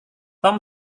tom